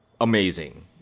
amazing